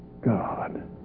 God